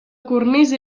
cornisa